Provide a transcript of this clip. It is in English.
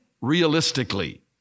realistically